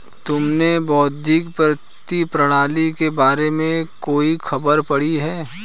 तुमने वैश्विक वित्तीय प्रणाली के बारे में कोई खबर पढ़ी है?